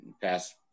Past